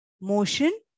motion